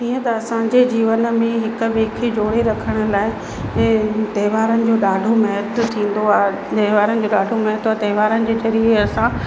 ईअं त असांजे जीवन में हिकु ॿिए खे जोड़े रखण लाइ त्योहारनि जो ॾाढो महत्व थींदो आहे त्योहारनि जो ॾाढो महत्व त्योहारनि जे ज़रिए असां